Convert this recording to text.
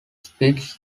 spitz